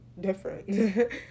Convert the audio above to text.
different